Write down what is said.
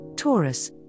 Taurus